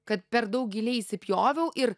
kad per daug giliai įsipjoviau ir